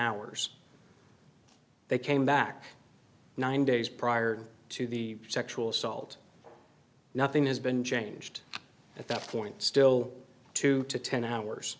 hours they came back nine days prior to the sexual assault nothing has been changed at that point still two to ten hours